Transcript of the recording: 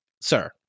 sir